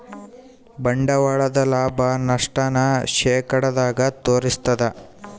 ಬಂಡವಾಳದ ಲಾಭ, ನಷ್ಟ ನ ಶೇಕಡದಾಗ ತೋರಿಸ್ತಾದ